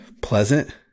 pleasant